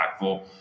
impactful